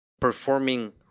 performing